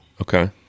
Okay